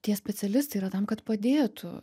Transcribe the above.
tie specialistai yra tam kad padėtų